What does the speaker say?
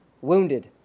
wounded